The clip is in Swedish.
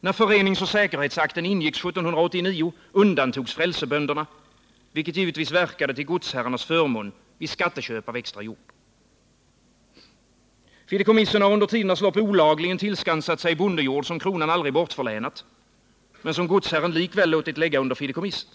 När föreningsoch säkerhetsakten ingicks 1789 undantogs frälsebönderna, vilket givetvis verkade till godsherrarnas förmån vid skatteköp av extra jord. Fideikommissen har under tidernas lopp olagligen tillskansat sig bondejord som kronan aldrig bortförlänat men som godsherren likväl låtit lägga under fideikommisset.